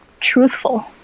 truthful